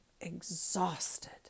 exhausted